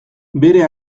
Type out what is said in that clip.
bere